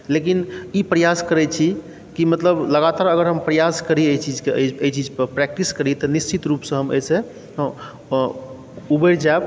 लेकिन ई प्रयास करै छी कि मतलब लगातार अगर हम प्रयास करिए ई चीजके एहि चीजपर प्रैक्टिस करी तऽ निश्चित रूपसँ हम एहिसँ उबरि जाएब